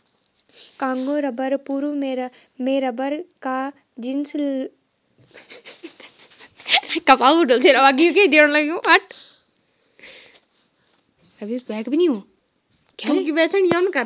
Congo rubber पूर्व में rubber का जीनस लैंडोल्फिया में लताओं से आया था